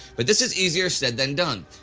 but this is easier said than done.